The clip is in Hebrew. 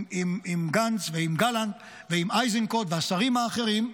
עם גנץ ועם גלנט ועם איזנקוט והשרים האחרים,